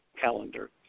calendar